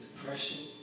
depression